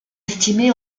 estimé